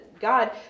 God